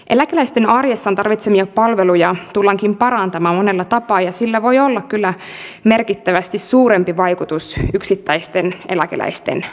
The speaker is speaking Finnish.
eläkeläisten arjessaan tarvitsemia palveluja tullaankin parantamaan monella tapaa ja sillä voi olla kyllä merkittävästi suurempi vaikutus yksittäisten eläkeläisten arkeen